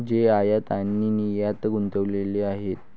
ते आयात आणि निर्यातीत गुंतलेले आहेत